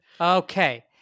Okay